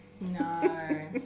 No